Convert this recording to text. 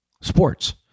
sports